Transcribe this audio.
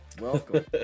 Welcome